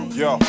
yo